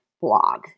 blog